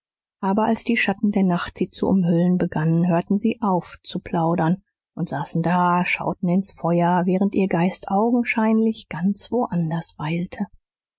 aber als die schatten der nacht sie zu umhüllen begannen hörten sie auf zu plaudern und saßen da schauten ins feuer während ihr geist augenscheinlich ganz wo anders weilte